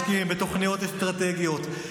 משקיעים בתוכניות אסטרטגיות,